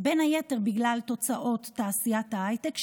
בין היתר בגלל תוצאות תעשיית ההייטק,